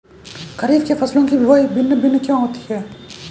खरीफ के फसलों की बुवाई भिन्न भिन्न क्यों होती है?